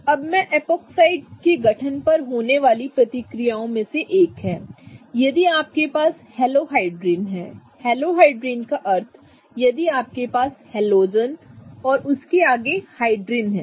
अब इस एपॉक्सीड गठन पर होने वाली प्रतिक्रियाओं में से एक है यदि आपके पास एक हेलोहाइड्रिन है हेलोहाइड्रिन का अर्थ यदि आपके पास हैलोजन और उसके आगे हाइड्रिन है